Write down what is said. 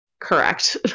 correct